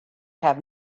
have